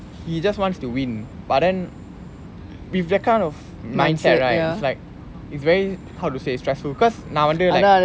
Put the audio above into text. he just wants to win but then with that kind of mindset right it's like it's very how to say stressful because நா வந்து:naa vanthu